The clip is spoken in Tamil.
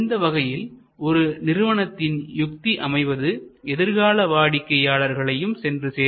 இந்த வகையில் ஒரு நிறுவனத்தின் யுக்தி அமைவது எதிர்கால வாடிக்கையாளர்களையும் சென்று சேரும்